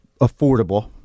affordable